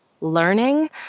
learning